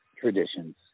traditions